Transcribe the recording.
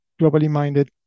globally-minded